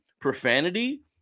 profanity